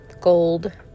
gold